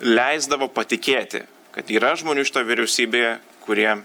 leisdavo patikėti kad yra žmonių šitoj vyriausybėje kurie